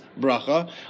Bracha